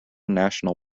national